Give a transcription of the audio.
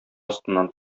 астыннан